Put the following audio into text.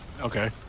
Okay